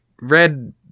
red